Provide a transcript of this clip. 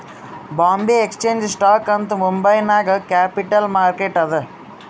Bombay exchange stock and Mumbai ನಾಗ್ capital market ಅದಾ